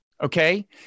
okay